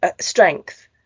strength